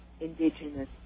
indigenous